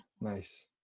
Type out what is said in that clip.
Nice